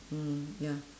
mm ya